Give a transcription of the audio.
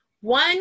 one